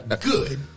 Good